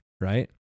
right